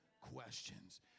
questions